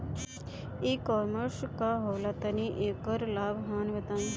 E commerce का होला तनि एकर लाभ हानि बताई?